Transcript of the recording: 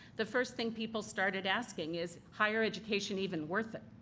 the first thing people started asking is higher education even worth it.